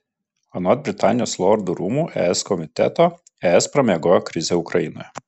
anot britanijos lordų rūmų es komiteto es pramiegojo krizę ukrainoje